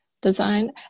design